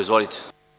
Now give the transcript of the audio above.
Izvolite.